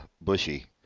Bushy